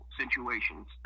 situations